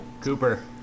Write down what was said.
Cooper